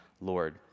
Lord